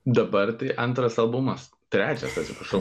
dabar tai antras albumas trečias atsiprašau